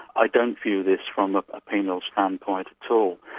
i don't view this from a ah penal standpoint so